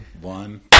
one